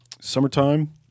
Summertime